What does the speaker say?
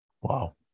Wow